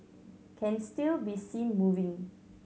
can still be seen moving